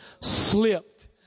slipped